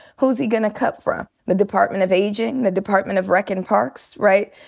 who's he gonna cut from? the department of aging? the department of rec and parks, right?